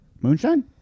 Moonshine